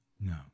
No